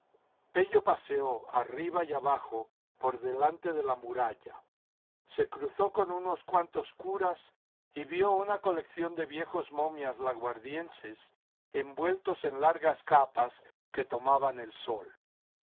pello paseó ariiba y abajo por delante de la muralla se cruzó con unos cuantos curas y vio una colección de viejos momias laguardiens s envueltos en largas capas que tomaban el sol